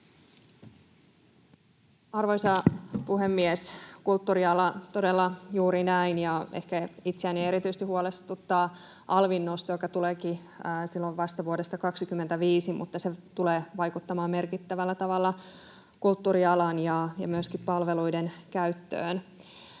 Arvoisa puhemies! Kulttuuriala — todella juuri näin. Ehkä itseäni erityisesti huolestuttaa alvin nosto, joka tuleekin vasta vuodesta 25, mutta se tulee vaikuttamaan merkittävällä tavalla kulttuurialaan ja myöskin palveluiden käyttöön.